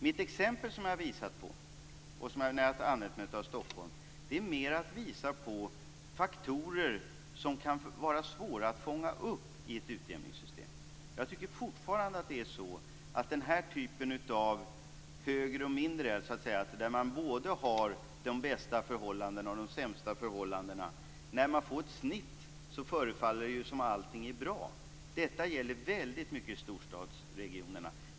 Mitt exempel, där jag använt mig av Stockholm, var mer för att visa på faktorer som kan vara svåra att fånga upp i ett utjämningssystem. Jag har fortfarande synpunkter på den här typen av uppgifter om högre och mindre, där man både har de bästa förhållandena och de sämsta förhållandena. När man får ett snitt förefaller det som om allting är bra. Detta gäller väldigt mycket i storstadsregionerna.